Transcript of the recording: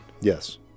Yes